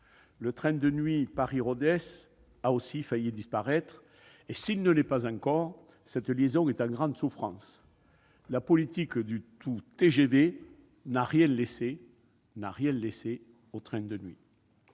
Le train de nuit Paris-Rodez a, lui aussi, failli disparaître ; si elle n'a pas encore disparu, cette liaison est en grande souffrance. La politique du tout-TGV n'a rien laissé aux trains de nuit.